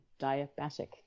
diabetic